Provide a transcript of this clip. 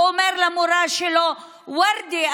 ואומר למורה שלו: ורדה,